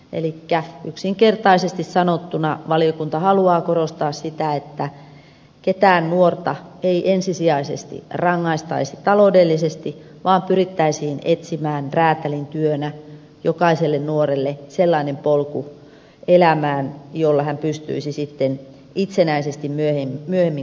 elikkä yksinkertaisesti sanottuna valiokunta haluaa korostaa sitä että ketään nuorta ei ensisijaisesti rangaistaisi taloudellisesti vaan pyrittäisiin etsimään räätälintyönä jokaiselle nuorelle sellainen polku elämään jolla hän pystyisi sitten itsenäisesti myöhemmin kulkemaan